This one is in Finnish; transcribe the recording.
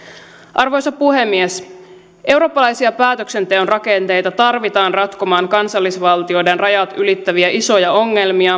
arvoisa puhemies eurooppalaisia päätöksenteon rakenteita tarvitaan ratkomaan kansallisvaltioiden rajat ylittäviä isoja ongelmia